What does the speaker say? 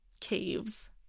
Caves